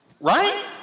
Right